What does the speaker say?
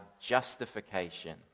justification